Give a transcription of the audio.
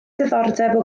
diddordeb